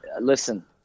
Listen